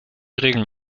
regeln